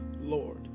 Lord